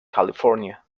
california